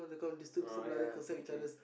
oh ya okay K